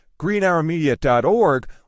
greenhourmedia.org